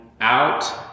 out